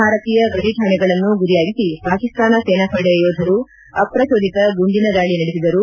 ಭಾರತೀಯ ಗಡಿಠಾಣೆಗಳನ್ನು ಗುರಿಯಾಗಿಸಿ ಪಾಕಿಸ್ತಾನ ಸೇನಾಪಡೆ ಯೋಧರು ಅಪ್ರಚೋದಿತ ಗುಂಡಿನ ದಾಳ ನಡೆಸಿದರು